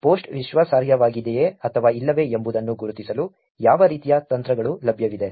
post ವಿಶ್ವಾಸಾರ್ಹವಾಗಿದೆಯೇ ಅಥವಾ ಇಲ್ಲವೇ ಎಂಬುದನ್ನು ಗುರುತಿಸಲು ಯಾವ ರೀತಿಯ ತಂತ್ರಗಳು ಲಭ್ಯವಿದೆ